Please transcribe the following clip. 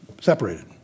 separated